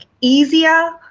easier